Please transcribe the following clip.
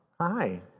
Hi